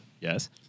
Yes